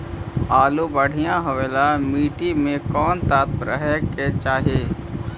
आलु बढ़िया होबे ल मट्टी में कोन तत्त्व रहे के चाही?